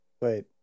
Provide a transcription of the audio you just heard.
Wait